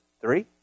Three